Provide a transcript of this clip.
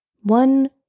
One